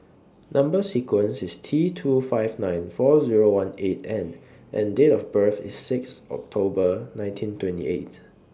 Number sequence IS T two five nine four Zero one eight N and Date of birth IS six October nineteen twenty eighth